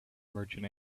merchant